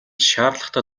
шаардлагатай